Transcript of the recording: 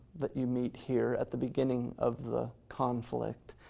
that you meet here at the beginning of the conflict.